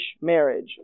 marriage